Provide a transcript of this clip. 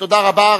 תודה רבה.